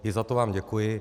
I za to vám děkuji.